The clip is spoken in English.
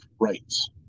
rights